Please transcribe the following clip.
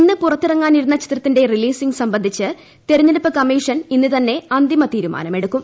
ഇന്ന് പുറത്തിറങ്ങാനിരുന്ന ചിത്രത്തിന്റെ റിലീസ് സംബന്ധിച്ച് തെരഞ്ഞെടുപ്പ് കമ്മീഷൻ ഇന്ന് തിരുന്ന അന്തിമ തീരുമാനം എടുക്കും